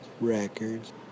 records